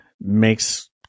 makes